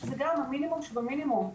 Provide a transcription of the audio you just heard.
שזה גם המינימום שבמינימום.